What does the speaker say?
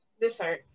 dessert